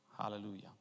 hallelujah